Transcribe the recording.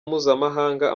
mpuzamahanga